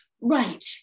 Right